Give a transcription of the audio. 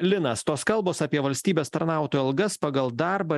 linas tos kalbos apie valstybės tarnautojų algas pagal darbą